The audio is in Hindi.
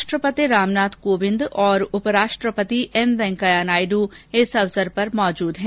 राष्ट्रपति रामनाथ कोविंद और उप राष्ट्रपति एम वेंकैया नायड् इस अवसर पर उपस्थित हैं